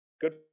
Good